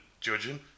judging